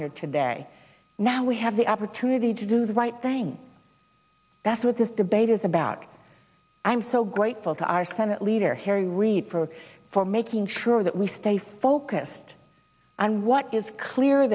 here today now we have the opportunity to do the right thing that's what this debate is about i'm so grateful to our senate leader harry reid for for making sure that we stay focused and what is clear